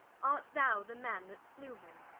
art thou the man that slew him?